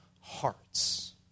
hearts